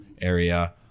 area